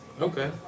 Okay